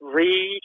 Read